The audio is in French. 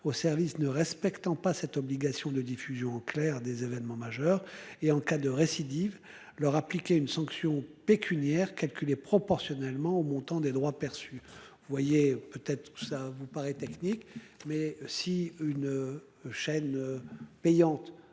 au service ne respectant pas cette obligation de diffusion en clair des événements majeurs et en cas de récidive leur appliquer une sanction pécuniaire calculée proportionnellement au montant des droits perçus. Vous voyez peut-être ou ça vous paraît technique mais si une chaîne. Payante